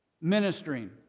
ministering